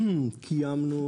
קיימנו